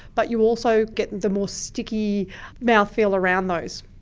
but you also get the more sticky mouthfeel around those.